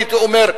הייתי אומר.